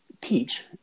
teach